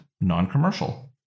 non-commercial